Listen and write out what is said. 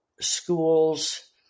schools